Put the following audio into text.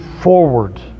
forward